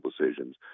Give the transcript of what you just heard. decisions